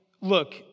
look